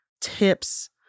tips